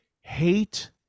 hate